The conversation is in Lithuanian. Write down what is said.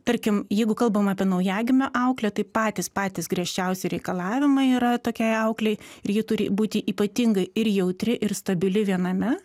tarkim jeigu kalbam apie naujagimio auklę tai patys patys griežčiausi reikalavimai yra tokiai auklei ir ji turi būti ypatingai ir jautri ir stabili viename